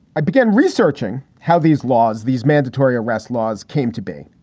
i began researching how these laws, these mandatory arrest laws came to be.